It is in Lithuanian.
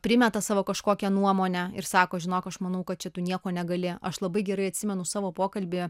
primeta savo kažkokią nuomonę ir sako žinok aš manau kad čia tu nieko negali aš labai gerai atsimenu savo pokalbį